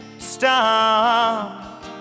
stop